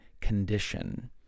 condition